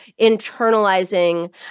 internalizing